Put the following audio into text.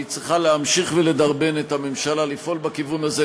היא צריכה להמשיך ולדרבן את הממשלה לפעול בכיוון הזה.